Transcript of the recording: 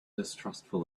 distrustful